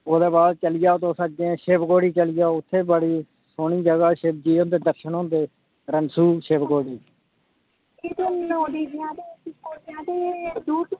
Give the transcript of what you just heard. इत्थ नौ देवियां ते शिवखोड़ियां ते दूर दूर नै कश कशै गै न